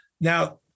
Now